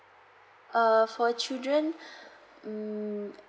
err for children um